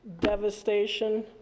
devastation